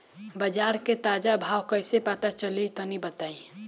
बाजार के ताजा भाव कैसे पता चली तनी बताई?